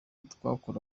twakora